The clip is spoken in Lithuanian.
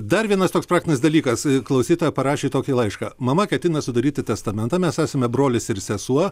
dar vienas toks praktinis dalykas klausytoja parašė tokį laišką mama ketina sudaryti testamentą mes esame brolis ir sesuo